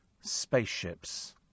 spaceships